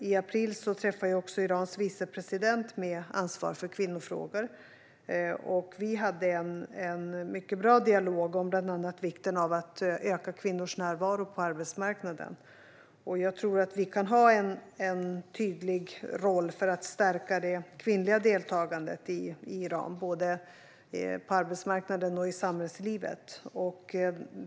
I april träffade jag Irans vicepresident med ansvar för kvinnofrågor. Vi hade en mycket bra dialog om bland annat vikten av att öka kvinnors närvaro på arbetsmarknaden. Jag tror att vi kan ha en tydlig roll i att stärka det kvinnliga deltagandet i Iran både på arbetsmarknaden och i samhällslivet.